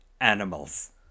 animals